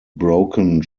broken